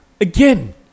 Again